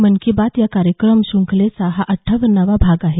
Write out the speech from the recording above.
मन की बात या कार्यक्रम शृंखलेचा हा अठ्ठावण्णावा भाग आहे